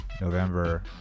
November